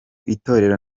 itorero